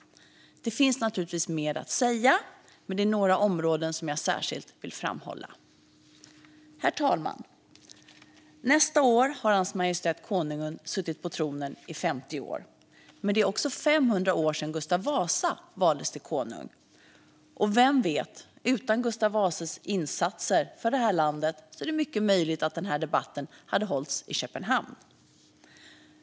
Det finns naturligtvis mer att säga. Men detta är några områden jag särskilt vill framhålla. Herr talman! Nästa år har Hans Majestät Konungen suttit på tronen i 50 år, men det är också 500 år sedan Gustav Vasa valdes till konung. Vem vet, utan Gustav Vasas insatser för landet är det mycket möjligt att denna debatt hade hållits i Köpenhamn.